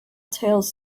tales